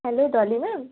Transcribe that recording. hello Dolly ma'am